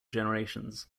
generations